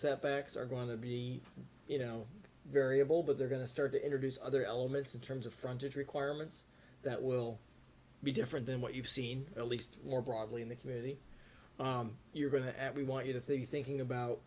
setbacks are going to be you know variable but they're going to start to introduce other elements in terms of frontage requirements that will be different than what you've seen at least more broadly in the community you're going to add we want you to think thinking about